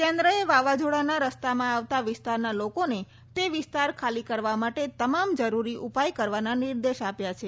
કેન્દ્રએ વાવાઝોડાના રસ્તામાં આવતા વિસ્તારના લોકોને તે વિસ્તાર ખાલી કરવા માટે તમામ જરૂરી ઉપાય કરવાના નિર્દેશ આપ્યા છે